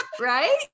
Right